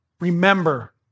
remember